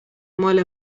مال